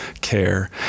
care